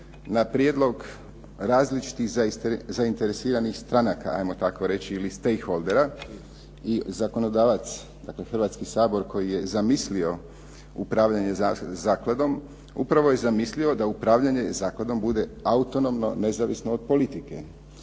na prijedlog različitih zainteresiranih stranaka, ajmo tako reći ili …/Govornik se ne razumije./… i zakonodavac, dakle Hrvatski sabor koji je zamislio upravljanje zakladom upravo je zamislio da upravljanje bude autonomno, nezavisno od politike.